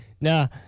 Now